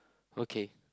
okay